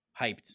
hyped